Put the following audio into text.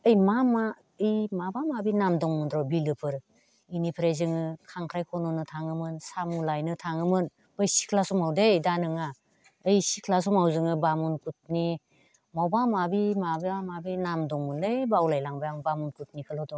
ओइ मा मा ओइ माबा माबि नाम दंमोन र' बिलोफोर बेनिफ्राय जोङो खांख्राइ खन'नो थाङोमोन साम' लायनो थाङोमोन बै सिख्ला समाव दै दा नङा ओइ सिख्ला समाव जोङो बामुन ग्रुपनि माबा माबि माबा माबि नाम दंमोनलै बावलाय लांबाय आं बामुन ग्रुपनिखौल' दं